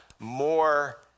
more